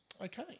Okay